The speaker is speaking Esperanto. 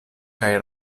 kaj